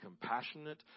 compassionate